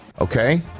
Okay